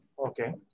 Okay